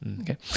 Okay